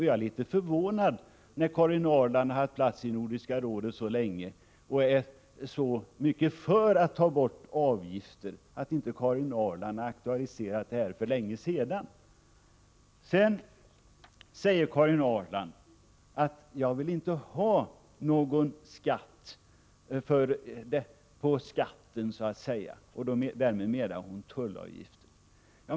Jag är litet förvånad över att Karin Ahrland, som haft plats i Nordiska rådet så länge och är så mycket för att ta bort avgifter, inte har aktualiserat denna fråga för länge sedan. Karin Ahrland säger vidare att hon inte vill ha någon skatt på skatten. Därmed menar hon tullavgifter.